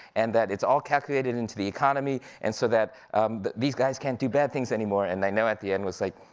and that it's all calculated into the economy, and so that these guys can't do bad things anymore. and nainoa at the end was like,